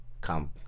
come